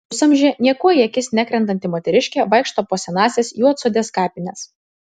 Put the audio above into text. pusamžė niekuo į akis nekrentanti moteriškė vaikšto po senąsias juodsodės kapines